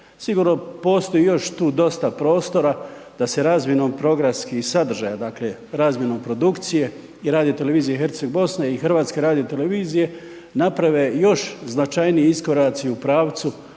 Sigurno postoji tu još dosta prostora da se razmjenom programskih sadržaja, dakle razmjenom produkcije i radio televizije Herceg Bosne i HRT-a naprave još značajniji iskoraci u pravcu